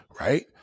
right